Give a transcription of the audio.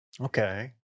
Okay